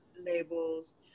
labels